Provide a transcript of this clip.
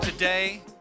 Today